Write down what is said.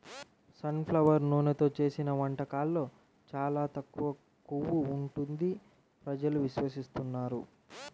sun flower నూనెతో చేసిన వంటకాల్లో చాలా తక్కువ కొవ్వు ఉంటుంది ప్రజలు విశ్వసిస్తున్నారు